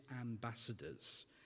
ambassadors